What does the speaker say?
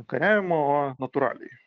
kariavimo o natūraliai